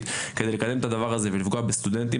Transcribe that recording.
כדי לקדם את הדבר הזה ולפגוע בסטודנטים,